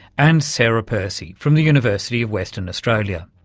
and sarah percy from the university of western australia.